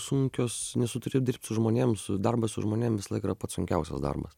sunkios nes tu turi dirbt su žmonėm su darbas su žmonėm visąlaik yra pats sunkiausias darbas